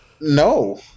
No